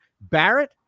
Barrett